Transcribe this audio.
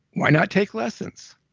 why not take lessons?